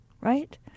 right